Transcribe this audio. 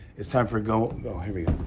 it's time for go oh, here we